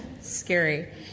Scary